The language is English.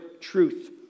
truth